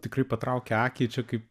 tikrai patraukia akį čia kaip